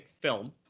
film